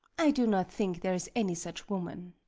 i do not think there is any such woman.